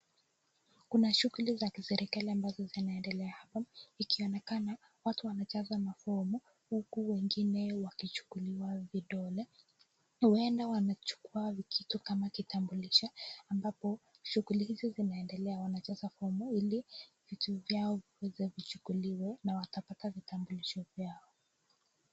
Kuna shughuli za kiserikali ambazo zinaendelea hapa, ikionekana watu wanajaza mafomu huku wengine wakichukuliwa vidole. Huenda wanachukua kitu kama kitambulisho ambapo shughuli hizi zinaendelea wanajaza fomu ili vitu vyao viweze vichukuliwe na watapata vitambulisho vyao.